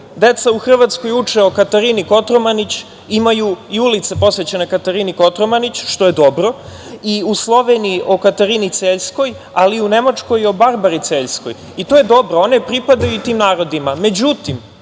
deca u Hrvatskoj uče o Katarini Kotromanić. Imaju i ulice posvećene Katarini Kotromanić, što je dobro. U Sloveniji uče o Katarini Cerskoj, a u Nemačkoj o Barbari Cerskoj i to je dobro. One pripadaju tim narodima.